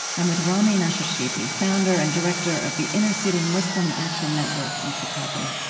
i'm with rami nashashibi, founder and director of the inner-city muslim action network in chicago